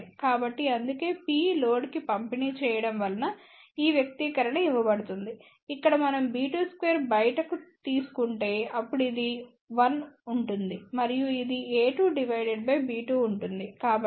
కాబట్టి అందుకే P load కి పంపిణీ చేయడం వలన ఈ వ్యక్తీకరణ ఇవ్వబడుతుంది ఇక్కడ మనం b2 2 బయట తీసుకుంటేఅప్పుడు ఇది 1 ఉంటుంది మరియు ఇది a2 డివైడెడ్ బై b2 ఉంటుంది